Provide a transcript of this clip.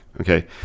Okay